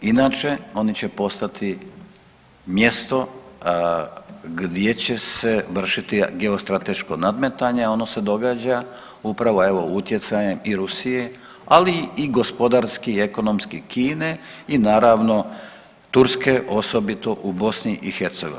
Inače oni će postati mjesto gdje će se vršiti geostrateško nadmetanje, a ono se događa upravo evo utjecajem i Rusije ali i gospodarski, ekonomski Kine i naravno Turske osobito u BiH.